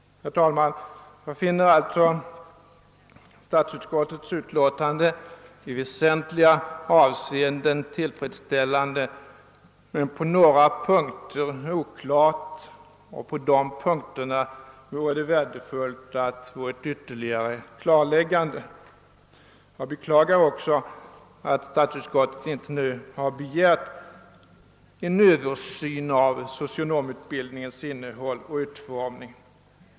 Herr talman! Jag finner alltså att statsutskottets utlåtande i väsentliga avseenden är tillfredsställande men att det på några punkter är oklart. På de punkterna vore det värdefullt att få ett klarläggande. Jag beklagar också att statsutskottet inte begärt en översyn av socionomutbildningens innehåll och utformning.